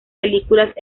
películas